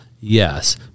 Yes